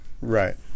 Right